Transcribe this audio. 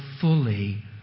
fully